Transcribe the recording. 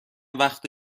وقت